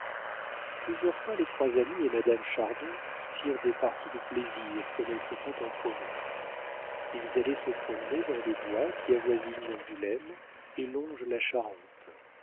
plusieurs fois les trois amis et madame chardon firent des parties de plaisir comme elles se font en province ils allaient se promener dans les bois qui avoisinent angoulême et longent la charente